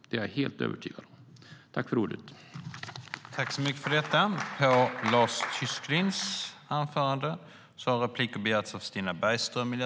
Det är jag helt övertygad om.